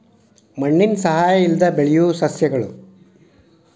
ಮಣ್ಣಿನ ಸಹಾಯಾ ಇಲ್ಲದ ಬೆಳಿಯು ಸಸ್ಯಗಳು